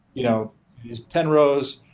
you know use ten rows,